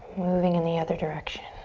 moving in the other direction.